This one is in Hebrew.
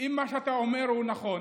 אם מה שאתה אומר הוא נכון,